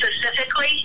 specifically